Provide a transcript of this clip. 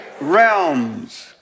realms